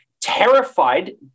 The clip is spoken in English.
terrified